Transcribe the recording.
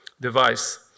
device